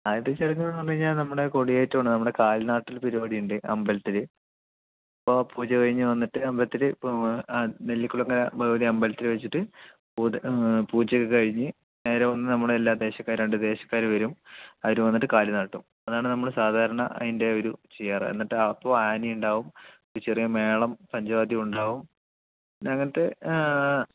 ആദ്യത്തെ ചടങ്ങ് എന്ന് പറഞ്ഞു കഴിഞ്ഞാൽ നമ്മുടെ കൊടിയേറ്റം ആണ് നമ്മുടെ കാൽ നാട്ടൽ പരിപാടി ഉണ്ട് അമ്പലത്തിൽ അപ്പോൾ പൂജ കഴിഞ്ഞു വന്നിട്ട് അമ്പലത്തിൽ ഇപ്പോൾ നെല്ലികുളങ്ങര ഭഗവതി അമ്പലത്തിൽ വച്ചിട്ട് പൂത പൂജ ഒക്കെ കഴിഞ്ഞ് നേരെ വന്ന് നമ്മളെ എല്ലാ ദേശക്കാരും ഉണ്ട് രണ്ട് ദേശക്കാർ വരും അവർ വന്നിട്ട് കാല് നാട്ടും അതാണ് നമ്മൾ സാധാരണ അതിൻ്റെ ഒരു ചെയ്യാറ് എന്നിട്ട് അപ്പോൾ ആന ഉണ്ടാവും ഒരു ചെറിയ മേളം പഞ്ചവാദ്യം ഉണ്ടാവും പിന്നെ അങ്ങനത്തെ